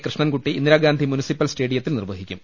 Krishnankutty Indira Gandhi municipal സ്റ്റേഡിയത്തിൽ നിർവഹിക്കും